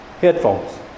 headphones